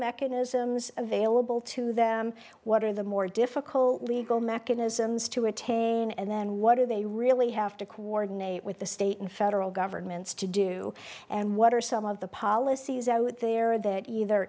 mechanisms available to them what are the more difficult legal mechanisms to attain and then what are they really have to coordinate with the state and federal governments to do and what are some of the policies out there that either